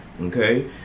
okay